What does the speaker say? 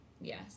Yes